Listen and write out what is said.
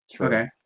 Okay